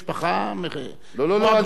לא, לא, לא, אני מתכוון לכיוון הפוליטי.